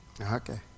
Okay